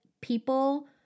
People